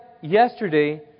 yesterday